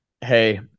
Hey